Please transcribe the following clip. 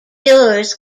viewers